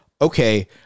okay